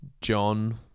john